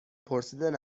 پرسیدن